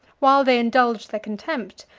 while they indulged their contempt,